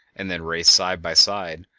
and then raced side by side,